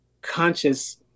conscious